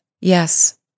yes